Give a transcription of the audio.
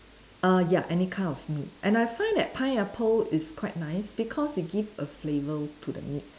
err ya any kind of meat and I find that pineapple is quite nice because it give a flavour to the meat